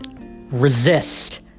Resist